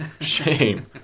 Shame